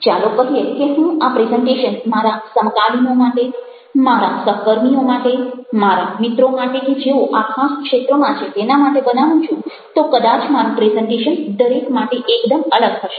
ચાલો કહીએ કે હું આ પ્રેઝન્ટેશન મારા સમકાલીનો માટે મારા સહકર્મીઓ માટે મારા મિત્રો માટે કે જેઓ આ ખાસ ક્ષેત્રમાં છે તેના માટે બનાવું છું તો કદાચ મારું પ્રેઝન્ટેશન દરેક માટે એકદમ અલગ હશે